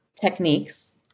techniques